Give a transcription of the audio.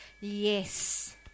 Yes